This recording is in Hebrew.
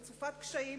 רצופת קשיים,